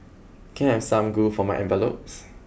can have some glue for my envelopes